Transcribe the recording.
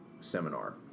seminar